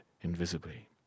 invisibly